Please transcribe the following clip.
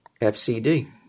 FCD